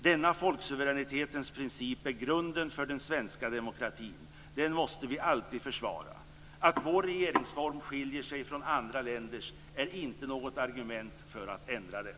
Denna folksuveränitetens princip är grunden för den svenska demokratin. Den måste vi alltid försvara. Att vår regeringsform skiljer sig från andra länders är inte något argument för att ändra den.